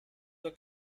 were